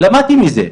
למדתי מזה.